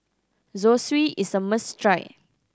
zosui is a must try